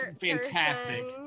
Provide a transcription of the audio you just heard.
fantastic